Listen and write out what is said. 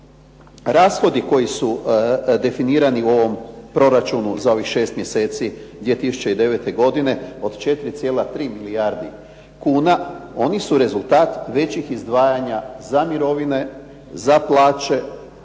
rashodi koji su definirani u ovom proračunu za ovih 6 mjeseci 2009. godine od 4,3 milijardi kuna, oni su rezultat većih izdvajanja za mirovine, za plaće,